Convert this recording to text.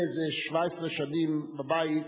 אחרי איזה 17 שנים בבית,